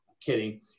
Kidding